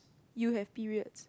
you have periods